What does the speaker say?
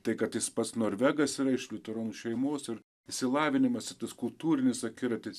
tai kad jis pats norvegas yra iš liuteronų šeimos ir išsilavinimas i tas kultūrinis akiratis